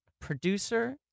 Producer